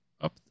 up